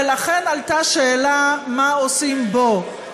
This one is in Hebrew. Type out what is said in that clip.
ולכן עלתה השאלה מה עושים בו,